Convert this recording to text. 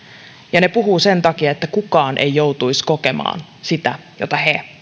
ja he puhuvat sen takia että kukaan ei joutuisi kokemaan sitä mitä he